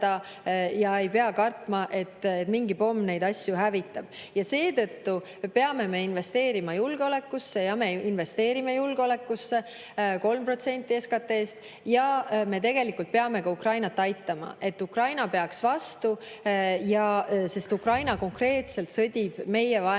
nad ei pea kartma, et mingi pomm neid asju hävitab. Seetõttu peame me investeerima julgeolekusse – me investeerime julgeolekusse 3% SKT-st – ja me tegelikult peamegi Ukrainat aitama, et Ukraina peaks vastu, sest Ukraina konkreetselt sõdib meie vaenlasega,